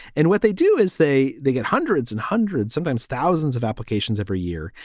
and what they do is they they get hundreds and hundreds, sometimes thousands of applications every year.